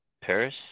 Paris